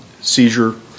seizure